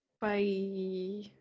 bye